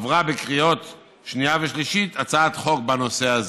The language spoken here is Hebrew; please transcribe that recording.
עברה בקריאה שנייה ושלישית הצעת חוק בנושא הזה,